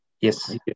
Yes